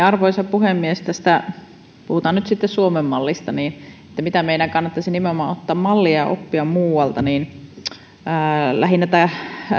arvoisa puhemies puhutaan nyt sitten suomen mallista ja siitä mitä meidän kannattaisi nimenomaan ottaa mallia ja oppia muualta lähinnä